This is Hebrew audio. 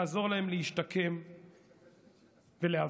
לעזור להם להשתקם ולהבריא,